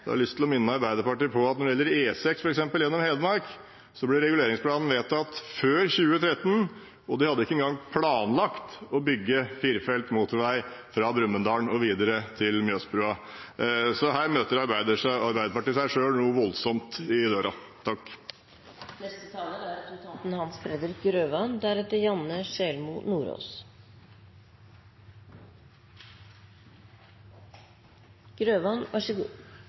har jeg lyst til å minne Arbeiderpartiet om at når det f.eks. gjelder E6 gjennom Hedmark, ble reguleringsplanen vedtatt før 2013, og de hadde ikke engang planlagt å bygge firefelts motorvei fra Brumunddal og videre til Mjøsbrua. Så her møter Arbeiderpartiet seg selv noe voldsomt i døra. E16 er